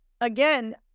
again